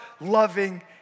loving